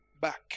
back